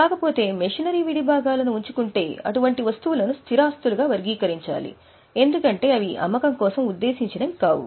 కాకపోతే మెషినరీ విడిభాగాలను ఉంచుకుంటే అటువంటి వస్తువులను స్థిర ఆస్తులుగా వర్గీకరించాలి ఎందుకంటే అవి అమ్మకం కోసం ఉద్దేశించినవి కావు